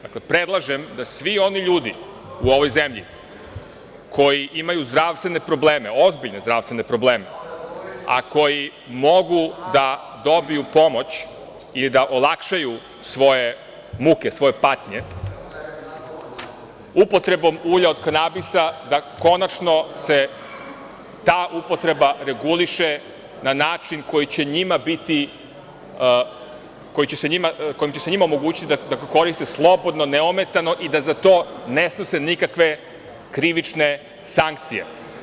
Dakle, predlažem da svi oni ljudi u ovoj zemlji koji imaju zdravstvene probleme, ozbiljne zdravstvene probleme, a koji mogu da dobiju pomoć i da olakšaju svoje muke, svoje patnje, upotrebom ulja od kanabisa, da konačno se ta upotreba reguliše na način koji će njima omogućiti da koriste slobodno, neometano i da za to ne snose nikakve krivične sankcije.